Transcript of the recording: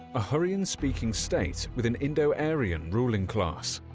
a hurrian speaking state with an indo-aryan ruling class.